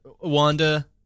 Wanda